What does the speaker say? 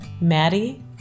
Maddie